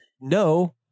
No